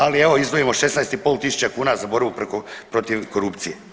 Ali evo izdvojimo 16 i pol tisuća kuna za borbu protiv korupcije.